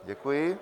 Děkuji.